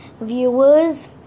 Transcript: viewers